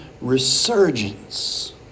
resurgence